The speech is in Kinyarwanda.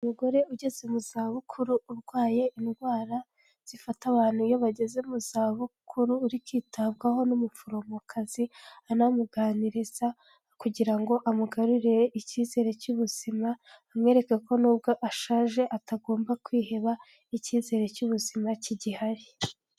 Umugore ugeze mu za bukuru urwaye indwara zifata abantu iyo bageze mu za bukuru, uri kwitabwaho n'umuforomokazi anamuganiriza kugira ngo amugarurire icyizere cy'ubuzima amwereka ko nubwo ashaje atagomba kwiheba icyizere cy'ubuzima kigihari.